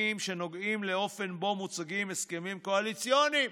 שנוגעים לאופן בו מוצגים הסכמים קואליציוניים,